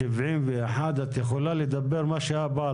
תוך שישה חודשים ממועד אישור הרשות המאשרת לביצוע החיבור.